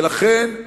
ולכן,